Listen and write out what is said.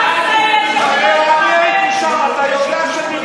חבר הכנסת פינדרוס, עשר דקות עומדות לרשותך.